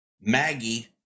Maggie